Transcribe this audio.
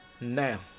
now